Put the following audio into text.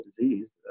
disease